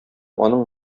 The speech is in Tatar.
аның